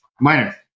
Minor